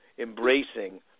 embracing